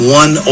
one